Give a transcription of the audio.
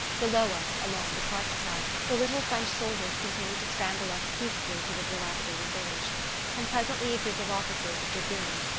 below us, along the cart-track, the little french soldiers continued to scramble up peacefully to the dilapidated village and presently a group of officers of dragoons,